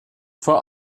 vor